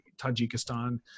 Tajikistan